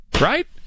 right